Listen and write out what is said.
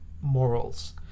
morals